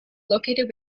located